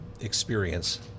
experience